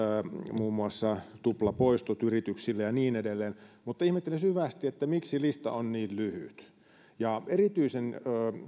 muun muassa tuplapoistot yrityksille ja niin edelleen mutta ihmettelen syvästi miksi lista on niin lyhyt erityisen